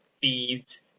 feeds